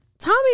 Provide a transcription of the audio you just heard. Tommy